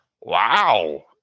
wow